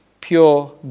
pure